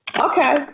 Okay